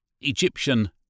Egyptian